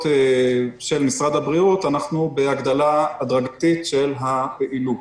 של משרד הבריאות אנחנו בהגדלה הדרגתית של הפעילות.